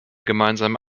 gemeinsame